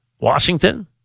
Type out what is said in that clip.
Washington